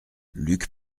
luc